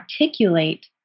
articulate